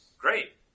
Great